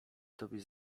tobie